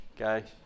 Okay